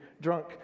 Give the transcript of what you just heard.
drunk